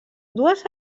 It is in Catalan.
dues